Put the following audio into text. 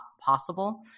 possible